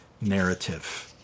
narrative